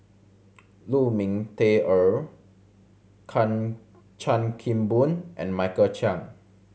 Lu Ming Teh Earl Chan Kim Boon and Michael Chiang